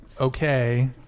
okay